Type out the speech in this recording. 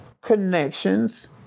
connections